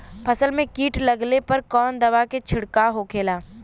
फसल में कीट लगने पर कौन दवा के छिड़काव होखेला?